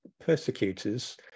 persecutors